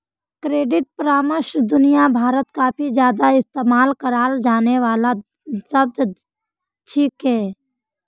credit परामर्श दुनिया भरत काफी ज्यादा इस्तेमाल कराल जाने वाला शब्द छिके